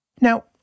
Now